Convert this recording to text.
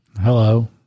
Hello